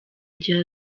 igihe